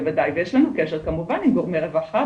ויש לנו קשר כמובן עם גורמי רווחה,